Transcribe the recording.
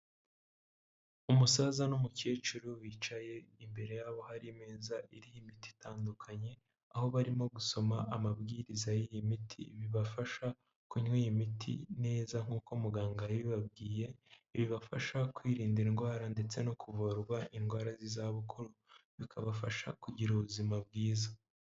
Umusaza n'umukecuru bicaye imbere yabo hari meza iriho imiti itandukanye, aho barimo gusoma amabwiriza y'iyi miti bibafasha kunywa iyi imiti neza nk'uko muganga yabibabwiye, bibafasha kwirinda indwara ndetse no kuvurwa indwara z'izabukuru, bikabafasha kugira ubuzima bwiza.